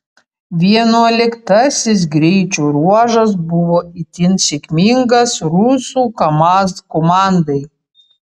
vienuoliktasis greičio ruožas buvo itin sėkmingas rusų kamaz komandai